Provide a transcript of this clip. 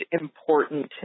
important